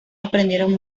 aprendieron